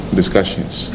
discussions